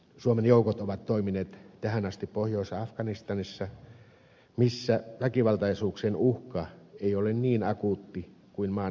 suomen joukot ovat toimineet tähän asti pohjois afganistanissa missä väkivaltaisuuksien uhka ei ole niin akuutti kuin maan eteläosissa